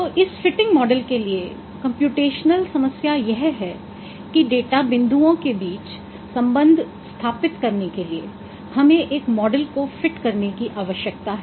तो इस fitting model के लिए कम्प्यूटेशनल समस्या यह है कि डेटा बिंदुओं के बीच संबंध स्थापित करने के लिए हमें एक मॉडल को फिट करने की आवश्यकता है